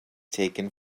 taken